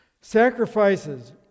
Sacrifices